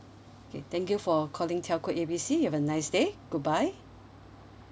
okay thank you for calling telco A B C you have a nice day goodbye